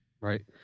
Right